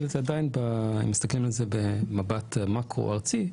אבל אם מסתכלים על זה במבט מאקרו ארצי,